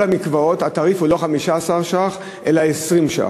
המקוואות התעריף הוא לא 15 ש"ח אלא 20 ש"ח,